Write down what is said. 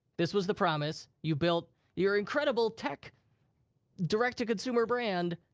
this was the promise. you built your incredible tech direct-to-consumer brand.